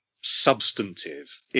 substantive